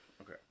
Okay